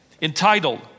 entitled